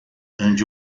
ande